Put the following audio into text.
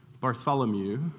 Bartholomew